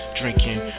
drinking